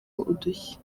udushya